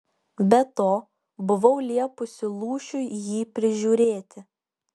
be to buvau liepusi lūšiui jį prižiūrėti